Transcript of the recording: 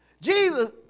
Jesus